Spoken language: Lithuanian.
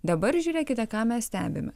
dabar žiūrėkite ką mes stebime